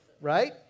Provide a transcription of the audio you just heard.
right